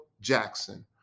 Jackson